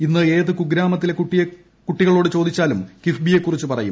ഇന്ന് ഏത് ക്ടുഗ്രാമത്തിലെ കുട്ടികളോട് ചോദിച്ചാലും കിഫ്ബിയെക്കുറിച്ച് പറയും